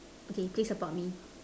okay please support me